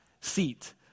seat